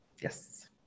Yes